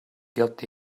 got